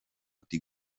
die